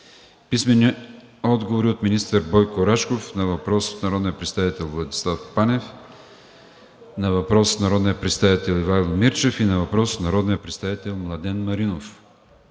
и Георги Ганев; - министър Бойко Рашков на въпрос от народния представител Владислав Панев; на въпрос от народния представител Ивайло Мирчев и на въпрос от народния представител Младен Маринов;